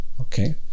Okay